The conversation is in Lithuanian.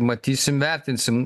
matysim vertinsim